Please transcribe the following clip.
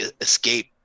escape